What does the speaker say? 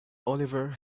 oliver